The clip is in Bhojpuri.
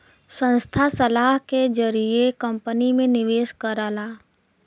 संस्था सलाह के जरिए कंपनी में निवेश करला